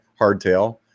hardtail